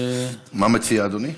מה מציע אדוני?